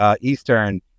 Eastern